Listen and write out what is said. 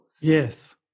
Yes